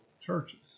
churches